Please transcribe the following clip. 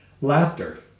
laughter